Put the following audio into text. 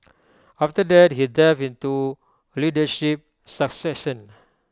after that he delved into leadership succession